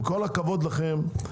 עם כל הכבוד לכם,